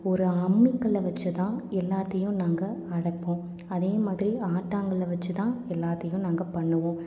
ஒரு அம்மிக்கல்லை வச்சுதான் எல்லாத்தையும் நாங்கள் அரைப்போம் அதேமாதிரி ஆட்டாங்கல்லை வச்சுதான் எல்லாத்தையும் நாங்கள் பண்ணுவோம்